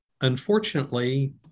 unfortunately